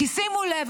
כי שימו לב,